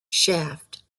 shaft